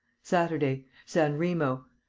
saturday. san remo.